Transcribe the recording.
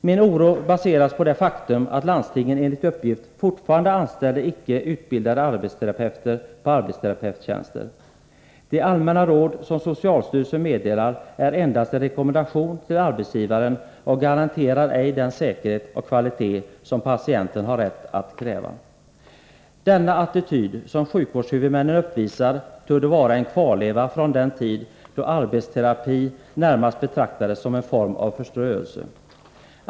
Min oro baseras på det faktum att landstingen enligt uppgift fortfarande anställer icke-utbildade arbetsterapeuter på arbetsterapeuttjänster. De allmänna råd som socialstyrelsen meddelar är endast en rekommendation till arbetsgivaren och garanterar ej den säkerhet och kvalitet som patienten har rätt att kräva. Denna attityd, som sjukvårdshuvudmännen uppvisar, torde vara en kvarleva från den tid då arbetsterapi närmast betraktades som en form av förströelse.